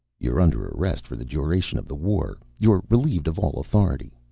you're under arrest for the duration of the war. you're relieved of all authority.